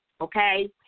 okay